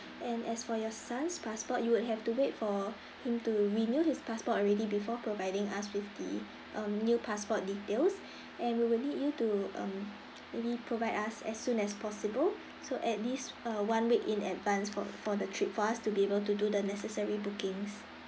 and as for your son's passport you would have to wait for him to renew his passport already before providing us with the um new passport details and we will need you to um maybe provide us as soon as possible so at least uh one week in advance for for the trip for us to be able to do the necessary bookings